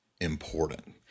important